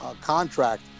contract